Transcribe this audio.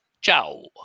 Ciao